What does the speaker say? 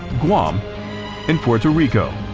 guam and puerto rico.